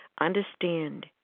Understand